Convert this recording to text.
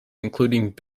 including